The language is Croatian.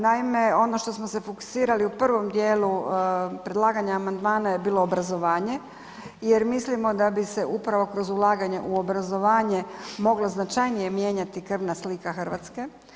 Naime, ono što smo se fokusirali u prvom dijelu predlaganja amandman je bilo obrazovanje jer mislimo da bi se upravo kroz ulaganje u obrazovanje moglo značajnije mijenjati krvna slika Hrvatske.